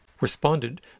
responded